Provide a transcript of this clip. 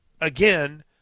again